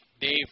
Dave